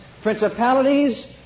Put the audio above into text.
principalities